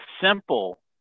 simple